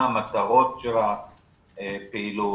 מה המטרות של הפעילות,